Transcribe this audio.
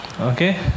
okay